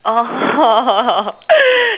oh